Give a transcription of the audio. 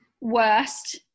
worst